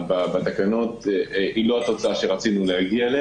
בתקנות היא לא התוצאה אליה רצינו להגיע.